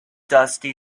dusty